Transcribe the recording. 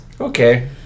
Okay